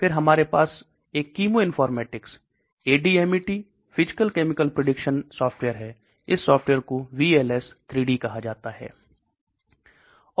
फिर हमारे पास एक chemoinformatics ADMET physical chemical prediction software है इस सॉफ्टवेयर को VLS3D कहा जाता है